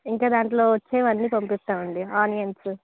ఇంక దాంట్లో వచ్చేవి అన్నీ పంపిస్తాం అండి ఆనియన్స్